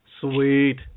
Sweet